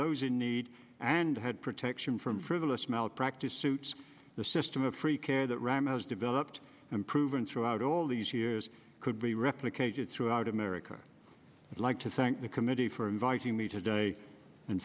those in need and had protection from frivolous malpractise suits the system of free care that rahm has developed and proven throughout all these years could be replicated throughout america i'd like to thank the committee for inviting me today and